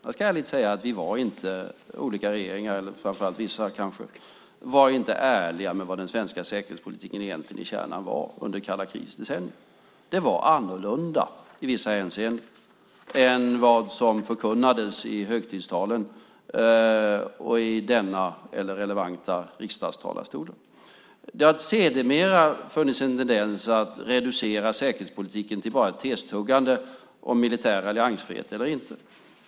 Jag ska ärligt säga att olika regeringar - framför allt vissa - inte var ärliga med vad den svenska säkerhetspolitiken i kärnan var under det kalla krigets decennier. Det var annorlunda i vissa hänseenden än vad som förkunnades i högtidstalen och i denna eller relevanta riksdagstalarstolar. Det har sedermera funnits en tendens att reducera säkerhetspolitiken till ett testuggande om militär alliansfrihet eller inte.